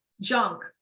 Junk